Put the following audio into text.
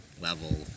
level